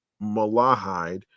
malahide